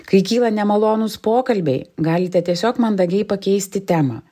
kai kyla nemalonūs pokalbiai galite tiesiog mandagiai pakeisti temą